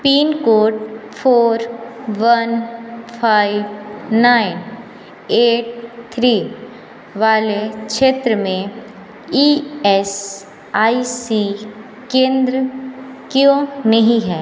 pin code four one five nine eight three वाले क्षेत्र में ई एस आई सी केंद्र क्यों नहीं है